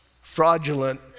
fraudulent